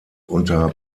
unter